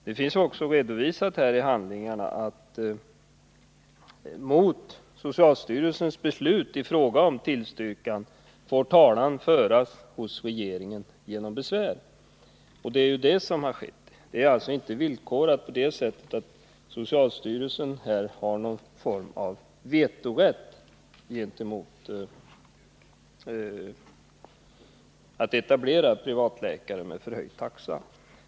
Det finns också redovisat i handlingarna att mot socialstyrelsens beslut i fråga om tillstyrkan får talan föras hos regeringen genom besvär. Det är det som skett. Socialstyrelsen har alltså inte någon form av vetorätt mot att etablera privatläkare med förhöjd taxa.